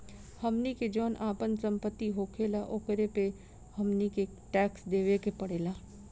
हमनी के जौन आपन सम्पति होखेला ओकरो पे हमनी के टैक्स देबे के पड़ेला